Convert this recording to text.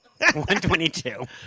122